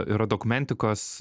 yra dokumentikos